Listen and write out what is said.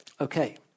Okay